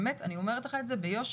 באמת אני אומרת לך את זה ביושר,